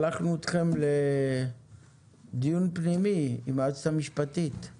שלחנו אתכם לדיון פנימי עם היועצת המשפטית,